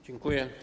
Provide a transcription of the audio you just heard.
Dziękuję.